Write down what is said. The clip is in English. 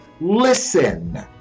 Listen